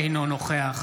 אינו נוכח